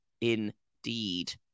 indeed